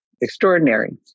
extraordinary